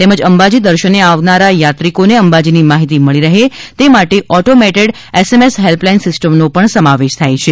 તેમજ અંબાજી દર્શને આવનારા યાત્રિકો ને અંબાજી ની માહિતી મળી રહે તે માટે automated S M S helpline સિસ્ટમનો સમાવેશ થાય છે